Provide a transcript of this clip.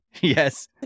Yes